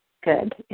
good